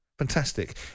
fantastic